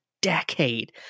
Decade